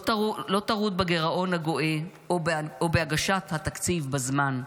לא טרוד בגירעון הגואה או בהגשת התקציב בזמן.